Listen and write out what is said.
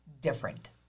different